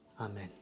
Amen